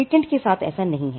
patent के साथ ऐसा नहीं है